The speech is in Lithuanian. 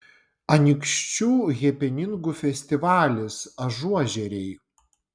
anykščių hepeningų festivalis ažuožeriai